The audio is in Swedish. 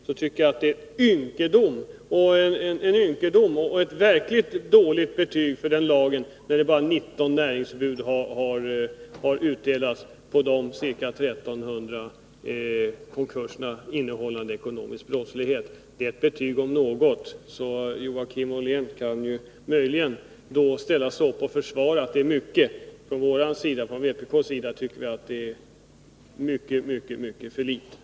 Enligt min mening är det då en ynkedom och ett verkligt dåligt betyg åt lagen att bara 19 näringsförbud har meddelats. Joakim Ollén kan väl säga att det är mycket, men vpk anser att det är alldeles för få näringsförbud.